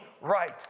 right